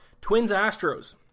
Twins-Astros